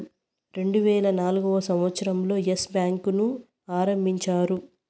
రెండువేల నాల్గవ సంవచ్చరం లో ఎస్ బ్యాంకు ను ఆరంభించారు